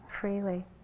freely